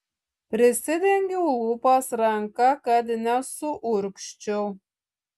prisidengiau lūpas ranka kad nesuurgzčiau